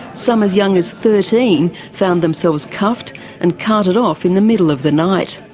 some as young as thirteen found themselves cuffed and carted off in the middle of the night.